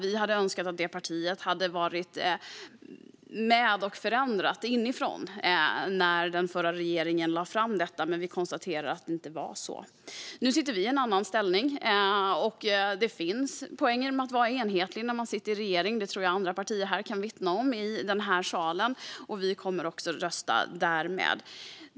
Vi hade önskat att det partiet hade varit med och förändrat detta inifrån när den förra regeringen lade fram förslaget, men vi kan konstatera att det inte blev så. Nu sitter vi i en annan ställning. Det finns poänger med enhetlighet när man sitter i regeringsställning. Det tror jag att andra partier här kan vittna om. Vi kommer också att rösta i enlighet med det.